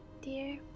Dear